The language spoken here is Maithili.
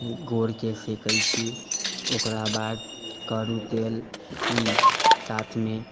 गोर के सेकै छी ओकरा बाद करू तेल साथ मे